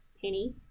Penny